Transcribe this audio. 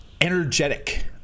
energetic